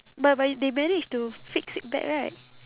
but but y~ they managed to fix it back right